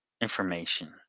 information